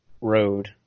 road